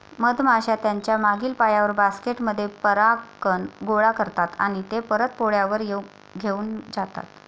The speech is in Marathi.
मधमाश्या त्यांच्या मागील पायांवर, बास्केट मध्ये परागकण गोळा करतात आणि ते परत पोळ्यावर घेऊन जातात